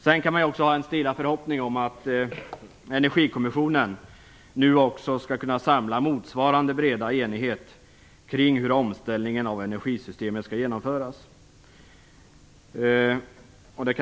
Man kan också ha en stilla förhoppning om att Energikommissionen nu skall kunna samla en motsvarande bred enighet kring hur omställningen av energisystemet skall genomföras.